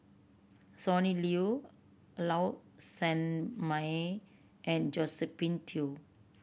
Sonny Liew Low Sanmay and Josephine Teo